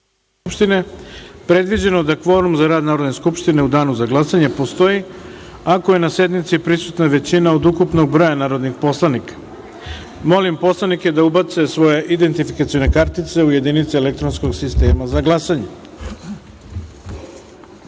skupštine predviđeno da kvorum za rad Narodne skupštine u Danu za glasanje postoji ako je na sednici prisutna većina od ukupnog broja narodnih poslanika. Molim poslanike da ubace svoje identifikacione kartice u jedinice elektronskog sistema za